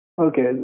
Okay